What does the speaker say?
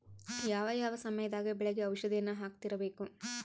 ಯಾವ ಯಾವ ಸಮಯದಾಗ ಬೆಳೆಗೆ ಔಷಧಿಯನ್ನು ಹಾಕ್ತಿರಬೇಕು?